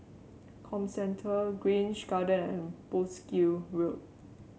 Comcentre Grange Garden and Wolskel Road